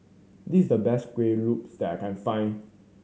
this is the best Kueh Lopes that I can find